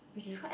which is